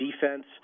defense